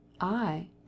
I